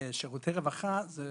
שירותי רווחה אלה